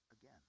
again